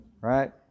Right